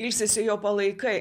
ilsisi jo palaikai